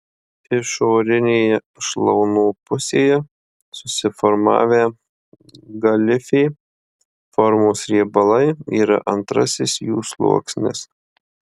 išorinėje šlaunų pusėje susiformavę galifė formos riebalai yra antrasis jų sluoksnis